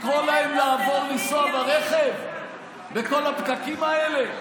לקרוא להם לעבור לנסוע ברכב בכל הפקקים האלה?